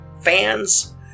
fans